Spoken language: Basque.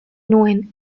nuen